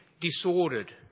disordered